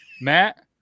Matt